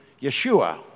Yeshua